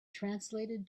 translated